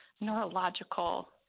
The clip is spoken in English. neurological